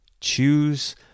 Choose